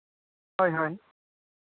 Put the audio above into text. ᱦᱳᱭ ᱦᱳᱭ